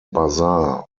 bazaar